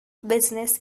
business